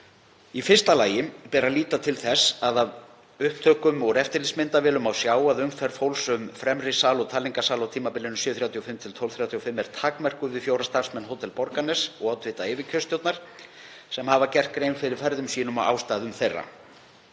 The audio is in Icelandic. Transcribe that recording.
Í fyrsta lagi ber að líta til þess að af upptökum úr eftirlitsmyndavélum má sjá að umferð fólks um fremri sal og talningarsal á tímabilinu 7.35 til kl. 12.35 er takmörkuð við fjóra starfsmenn Hótels Borgarness og oddvita yfirkjörstjórnar sem hafa gert grein fyrir ferðum sínum og ástæðum þeirra.